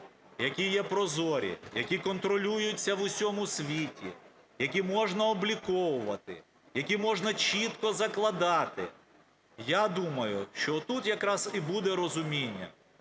які є прозорі, які контролюються в усьому світі, які можна обліковувати, які можна чітко закладати. Я думаю, що отут якраз і буде розуміння.